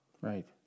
Right